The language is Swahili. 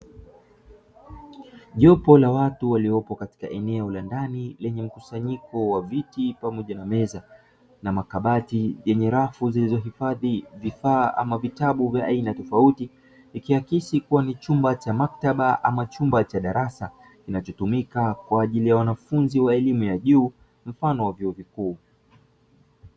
Jopo la watu waliopo katika eneo la ndani lenye mkusanyiko wa viti pamoja na meza na makabati yenye rafu zilizohifadhi vifaa ama vitabu ya aina tofauti, ikiakisi kuwa ni chumba cha maktaba ama chumba cha darasa, kinachotumika kwa ajili ya wanafunzi wa elimu ya juu mfano wa vyuo vikuu.